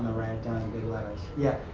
and i'm big letters. yeah,